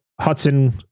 Hudson